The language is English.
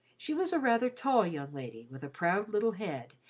she was a rather tall young lady with a proud little head,